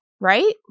right